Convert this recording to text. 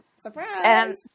Surprise